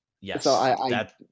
Yes